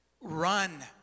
Run